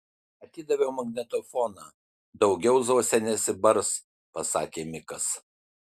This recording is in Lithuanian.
atidaviau magnetofoną daugiau zosė nesibars pasakė mikas